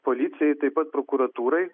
policijai taip pat prokuratūrai